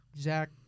Zach